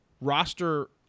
roster